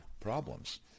problems